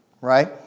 Right